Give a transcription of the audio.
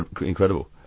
incredible